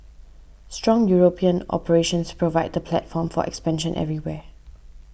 strong European operations provide the platform for expansion everywhere